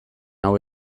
hau